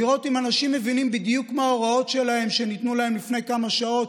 לראות אם אנשים מבינים בדיוק מה ההוראות שניתנו להם לפני כמה שעות,